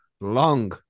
long